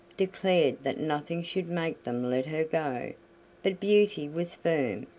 declared that nothing should make them let her go but beauty was firm.